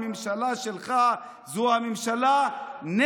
זו לא הממשלה שלך.